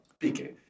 PK